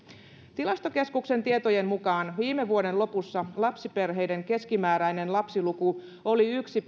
tilastokeskuksen tietojen mukaan viime vuoden lopussa lapsiperheiden keskimääräinen lapsiluku oli yksi